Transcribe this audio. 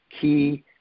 key